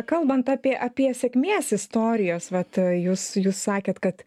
kalbant apie apie sėkmės istorijas vat jūs jūs sakėt kad